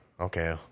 okay